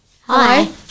Hi